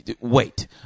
wait